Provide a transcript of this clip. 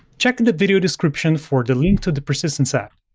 check and the video description for the link to the persistence app.